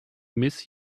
miss